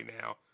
now